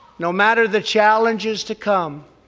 no matter the challenges to come,